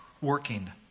working